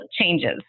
changes